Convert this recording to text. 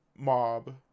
Mob